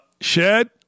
Shed